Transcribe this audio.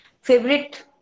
favorite